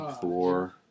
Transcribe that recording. four